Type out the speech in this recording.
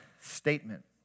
statement